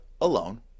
alone